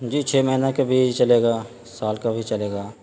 جی چھ مہینہ کا بھی چلے گا سال کا بھی چلے گا